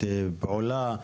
פעולה?